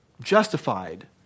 justified